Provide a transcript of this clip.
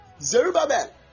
zerubbabel